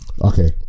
okay